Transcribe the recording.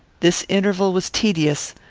this interval was tedious,